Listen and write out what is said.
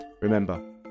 Remember